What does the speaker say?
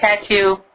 Tattoo